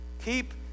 Keep